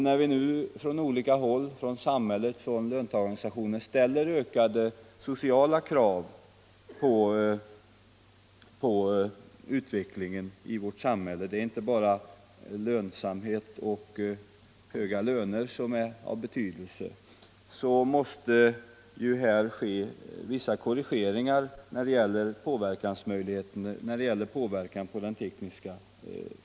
När nu samhället och löntagarorganisationerna ökar de sociala kraven på utvecklingen i vårt samhälle måste vissa korrigeringar ske när det gäller påverkan på den tekniska forskningen och utvecklingen. Det är inte bara lönsamhet och höga löner som är av betydelse.